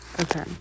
Okay